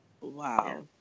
Wow